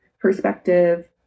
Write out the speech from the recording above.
perspective